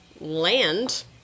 land